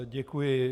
Děkuji.